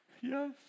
Yes